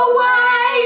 Away